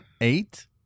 eight